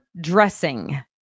dressing